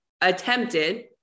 attempted